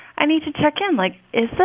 i need to check in. like, is this